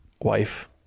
Wife